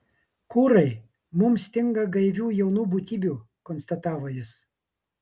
kūrai mums stinga gaivių jaunų būtybių konstatavo jis